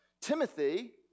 Timothy